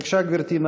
בבקשה, גברתי.